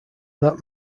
that